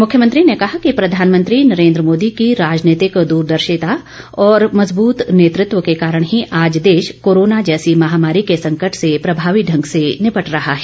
मुख्यमंत्री ने कहा कि प्रधानमंत्री नरेन्द्र मोदी की राजनीतिक दूरदर्शिता और मजबूत नेतृत्व के कारण ही आज देश कोरोना जैसी महामारी के संकट से प्रभावी ढंग से निपट रहा है